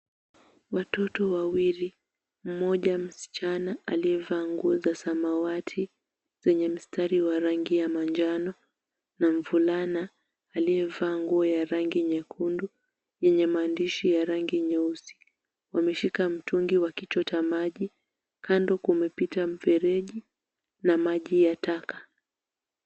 Watoto wawili, mmoja msichana aliyevaa nguo za samawati zenye mstari wa rangi ya manjano na mvulana aliyevaa nguo ya rangi nyekundu yenye maandishi ya rangi nyeusi wameshika mtungi wakichota maji. Kando kumepita mfereji na maji ya taka.